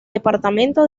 departamento